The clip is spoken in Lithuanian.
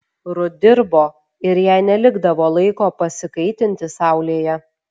rut dirbo ir jai nelikdavo laiko pasikaitinti saulėje